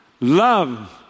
love